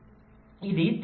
కాబట్టి ఇది 3